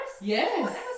Yes